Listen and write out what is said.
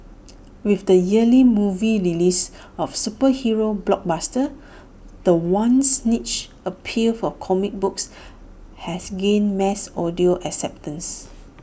with the yearly movie releases of superhero blockbusters the once niche appeal for comic books has gained mass acceptance